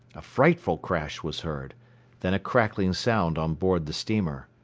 a frightful crash was heard then a crackling sound on board the steamer.